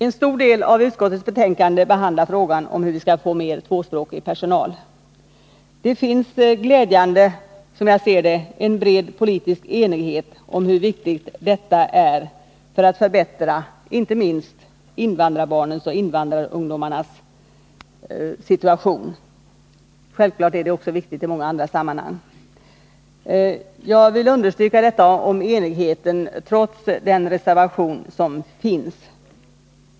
En stor del av utskottets betänkande behandlar frågan om hur vi skall få mer tvåspråkig personal. Det finns glädjande nog, som jag ser det, en bred politisk enighet om hur viktigt detta är för att förbättra inte minst invandrarbarnens och invandrarungdomarnas situation. Självfallet är det också viktigt i många andra sammanhang. Jag vill understryka enigheten trots den reservation som finns.